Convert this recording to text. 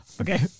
Okay